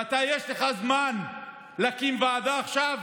ואתה, יש לך זמן להקים ועדה עכשיו?